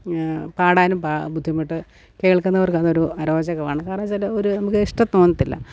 പാടാനും ബുദ്ധിമുട്ട് കേൾക്കുന്നവർക്ക് അതൊരു അരോചകമാണ് കാരണമെന്നുവച്ചാല് ഒരു നമുക്ക് ഇഷ്ടം തോന്നത്തില്ല